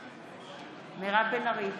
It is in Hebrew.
נגד מירב בן ארי,